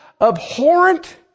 abhorrent